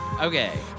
Okay